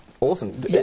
awesome